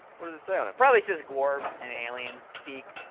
what does it say on him? probably says gworb, in alien-speak